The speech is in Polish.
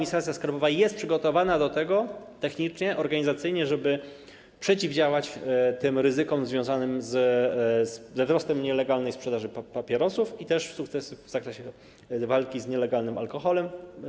że jest ona przygotowana do tego technicznie, organizacyjnie, żeby przeciwdziałać tym ryzykom związanym ze wzrostem nielegalnej sprzedaży papierosów i ma też sukcesy w zakresie walki z nielegalnym alkoholem.